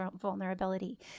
vulnerability